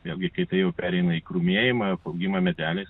vėlgi kai tai jau pereina į krūmėjimą apaugimą medeliais